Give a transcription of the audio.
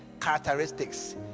characteristics